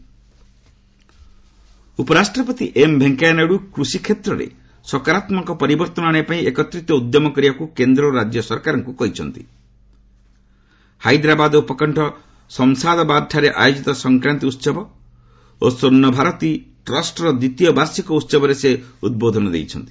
vice president ଉପରାଷ୍ଟ୍ରପତି M Venkaiah Naidu କୃଷି କ୍ଷେତ୍ରରେ ସକାରାତ୍ମକ ପରିବର୍ତ୍ତନ ଆଣିବା ପାଇଁ ଏକତ୍ରିତ ଉଦ୍ୟମ କରିବାକୁ କେନ୍ଦ୍ର ଓ ରାଜ୍ୟ ସରକାରଙ୍କୁ କହିଛନ୍ତି ହାଇଦ୍ରାବାଦ ଉପକଣ୍ଠ ସମ୍ସାବାଦଠାରେ ଆୟୋଜିତ ସଂକ୍ରାନ୍ତି ଉତ୍ସବ ଓ ସ୍ୱର୍ଷଭାରତୀ ଟ୍ରଷ୍ଟରେ ଦ୍ୱିତୀୟ ବାର୍ଷିକ ଉହବରେ ସେ ଉଦ୍ବୋଧନ ଦେଇଛନ୍ତି